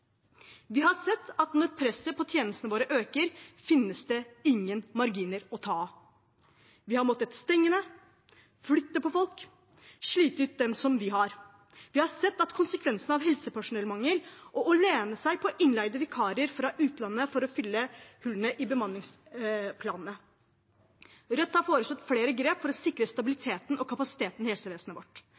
Vi har sett at når presset på tjenestene våre øker, finnes det ingen marginer å ta av. Vi har måttet stenge ned, flytte på folk og slite ut dem vi har. Vi har sett konsekvensene av helsepersonellmangel og av å lene seg på innleide vikarer fra utlandet for å fylle hullene i bemanningsplanene. Rødt har foreslått flere grep for å sikre stabiliteten og kapasiteten i helsevesenet vårt.